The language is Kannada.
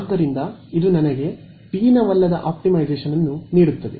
ಆದ್ದರಿಂದ ಇದು ನನಗೆ Convex ಆಪ್ಟಿಮೈಸೇಶನ್ ನೀಡುವುದಿಲ್ಲ